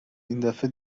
ایندفعه